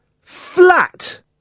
flat